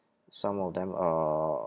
some of them uh